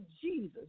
Jesus